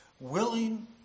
willing